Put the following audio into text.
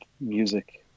music